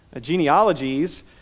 Genealogies